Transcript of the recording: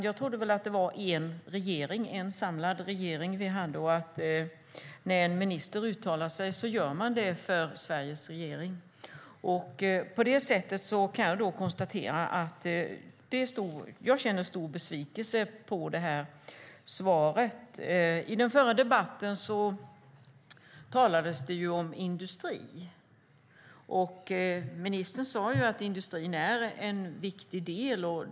Jag trodde att vi hade en samlad regering och att när en minister uttalar sig gör man det för Sveriges regering. Därför kan jag konstatera att jag känner stor besvikelse över svaret. I den förra debatten talades det om industrin, och ministern sade att industrin är en viktig del.